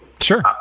Sure